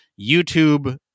YouTube